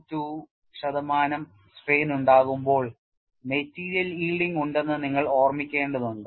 2 ശതമാനം സ്ട്രെയിൻ ഉണ്ടാകുമ്പോൾ material yielding ഉണ്ടെന്ന് നിങ്ങൾ ഓര്മിക്കേണ്ടതുണ്ട്